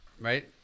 right